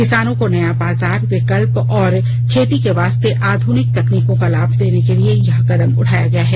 किसानों को नया बाजार विकल्प और खेती के वास्ते आध्रनिक तकनीकों का लाभ देने के लिए यह कदम उठाया गया है